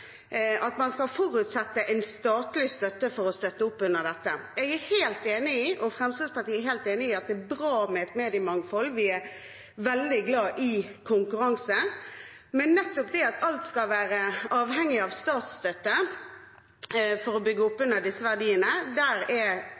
når man stadig vekk – om det er for kunsten, som vi har diskutert før, andre uttrykk eller nå presse – skal forutsette en statlig støtte for å støtte opp under dette. Jeg er helt enig i, og Fremskrittspartiet er helt enig i, at det er bra med et mediemangfold, vi er veldig glad i konkurranse, men nettopp når det gjelder det at alt skal være